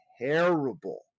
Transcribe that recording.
terrible